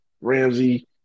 Ramsey